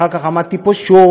אחר כך עמדתי פה שוב,